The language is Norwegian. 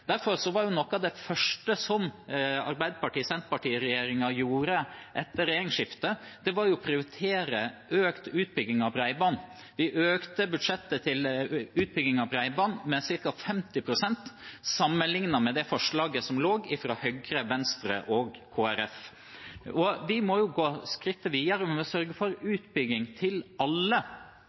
Derfor var noe av det første Arbeiderparti–Senterparti-regjeringen gjorde etter regjeringsskiftet, å prioritere økt utbygging av bredbånd. Vi økte budsjettet til utbygging av bredbånd med ca. 50 pst. sammenlignet med det forslaget som lå fra Høyre, Venstre og Kristelig Folkeparti. Vi må gå skrittet videre, vi må sørge for utbygging til alle